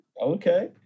Okay